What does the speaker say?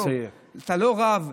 טוב, אתה לא רב.